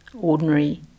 ordinary